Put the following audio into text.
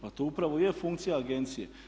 Pa to upravo i je funkcija agencije.